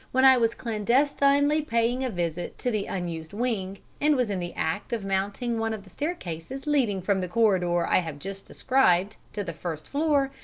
when i was clandestinely paying a visit to the unused wing, and was in the act of mounting one of the staircases leading from the corridor, i have just described, to the first floor,